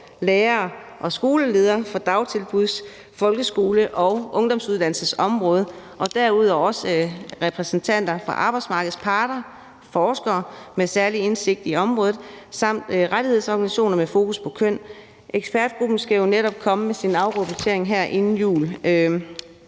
lærere og skoleledere fra dagtilbuds-, folkeskole- og ungdomsuddannelsesområdet og derudover også af repræsentanter for arbejdsmarkedets parter, forskere med særlig indsigt i området samt rettighedsorganisationer med fokus på køn. Ekspertgruppen skal jo netop komme med sin afrapportering her inden jul,